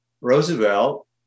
Roosevelt